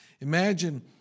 Imagine